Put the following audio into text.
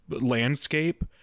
landscape